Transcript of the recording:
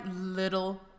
little